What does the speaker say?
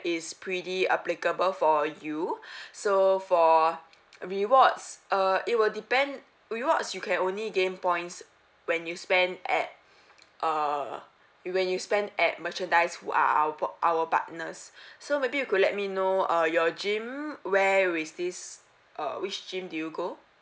is pretty applicable for you so for rewards uh it will depend rewards you can only gain points when you spend at err you when you spend at merchandise uh our p~ our partners so maybe you could let me know uh your gym where is this uh which gym did you go